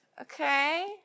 okay